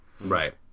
Right